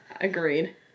agreed